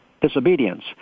disobedience